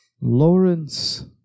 Lawrence